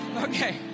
Okay